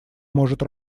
может